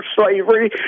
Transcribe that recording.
slavery